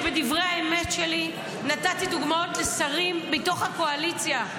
בדברי האמת שלי נתתי דוגמאות לשרים מתוך הקואליציה,